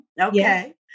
Okay